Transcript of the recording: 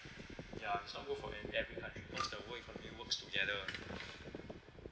ya it's not good for an~ every country because the world economy works together